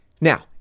Now